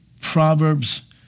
Proverbs